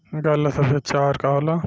गाय ला सबसे अच्छा आहार का होला?